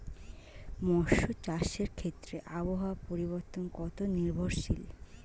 মৎস্য চাষের ক্ষেত্রে আবহাওয়া পরিবর্তন কত নির্ভরশীল?